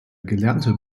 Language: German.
gelernte